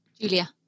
Julia